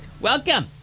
Welcome